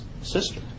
sister